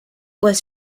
was